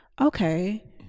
okay